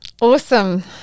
Awesome